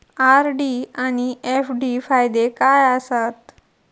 RD आनि FD फायदे काय आसात?